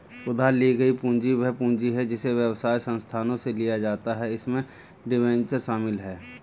उधार ली गई पूंजी वह पूंजी है जिसे व्यवसाय संस्थानों से लिया जाता है इसमें डिबेंचर शामिल हैं